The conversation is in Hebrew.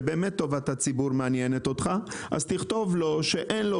ובאמת טובת הציבור מעניינת אותך תכתוב לו שאין לו